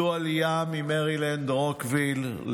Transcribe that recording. עלו לישראל ממרילנד, רוקוויל.